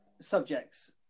subjects